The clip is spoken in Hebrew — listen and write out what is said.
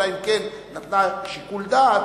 אלא אם כן נתנה שיקול דעת,